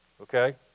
okay